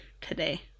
today